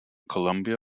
colombia